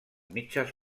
mitges